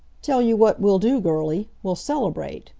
tell you what we'll do, girlie. we'll celebrate.